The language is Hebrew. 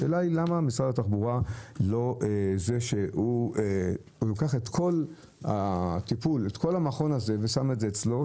למה משרד התחבורה לא לוקח את כל הטיפול במכון הזה ושם את זה אצלו?